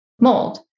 mold